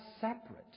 separate